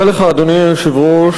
אדוני היושב-ראש,